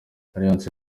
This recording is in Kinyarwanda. alliance